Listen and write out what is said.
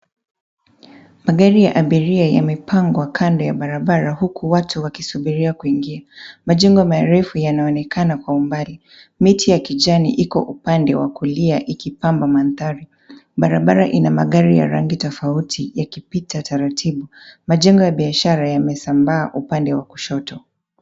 Magari ya abiria yamepangwa kando ya barabara uku watu wakisubiria kuingia. Majengo marefu yanaonekana kwa umbali. Miti ya kijani iko upande wa kulia ikipamba mandhari. Barabara ina magari ya rangi tofauti yakipita taratibu. Majengo ya biashara yamesambaa upande wa kushoto.